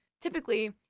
typically